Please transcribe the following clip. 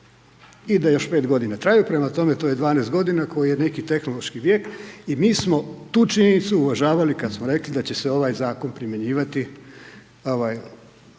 i da još pet godina traju, prema tome, to je 12 godina koji je neki tehnološki vijek i mi smo tu činjenicu uvažavali kad smo rekli da će se ovaj Zakon primjenjivati,